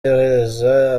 yorohereza